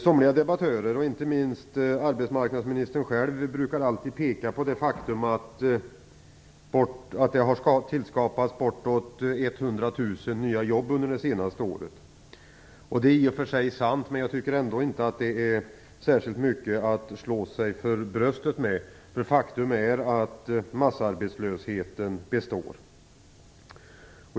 Somliga debattörer, inte minst arbetsmarknadsministern själv, brukar alltid peka på det faktum att det har skapats bortåt 100 000 nya jobb under det senaste året. Det är i och för sig sant, men jag tycker ändå inte att det ger särskilt stor anledning att slå sig för bröstet. Faktum är ju att massarbetslösheten består.